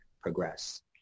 progress